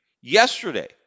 yesterday